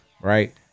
right